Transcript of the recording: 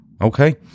Okay